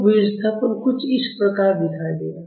तो विस्थापन कुछ इस प्रकार दिखाई देगा